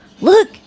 Look